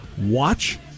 Watch